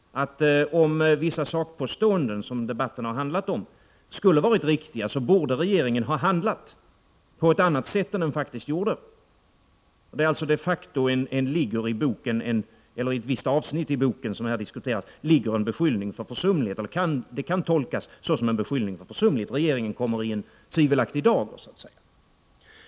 Om vissa sakpåståenden som debatten här har handlat om skulle ha varit riktiga, borde regeringen ha handlat på ett annat sätt än den faktiskt gjorde. De facto ligger alltså i ett visst avsnitt av den bok som här diskuteras någonting som kan tolkas som en beskyllning för försumlighet. Regeringen kommer så att säga i en tvivelaktig dager.